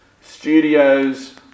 studios